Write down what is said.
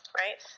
right